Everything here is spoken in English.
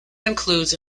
includes